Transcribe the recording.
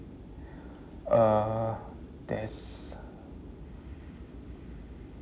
uh there's